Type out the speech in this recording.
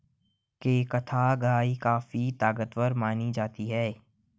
केंकथा गाय काफी ताकतवर मानी जाती है